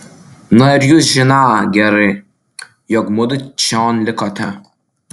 na ar jūs žiną gerai jog mudu čion likote